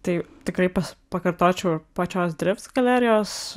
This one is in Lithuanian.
tai tikrai pas pakartočiau ir pačios drifts galerijos